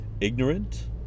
ignorant